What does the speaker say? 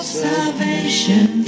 salvation